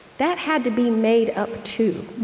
that had to be made up, too